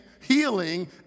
healing